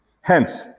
Hence